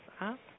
up